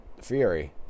Fury